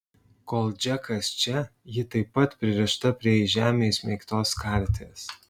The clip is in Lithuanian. kol džekas čia ji taip pat pririšta prie į žemę įsmeigtos karties